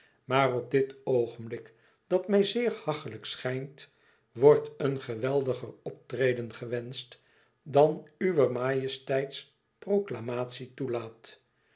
maar op dit oogenblik dat mij zeer hachelijk schijnt wordt een geweldiger optreden gewenscht dan uwer majesteits proclamatie toelaat